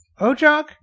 OJOK